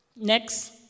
Next